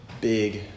big